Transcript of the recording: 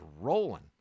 rolling